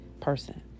person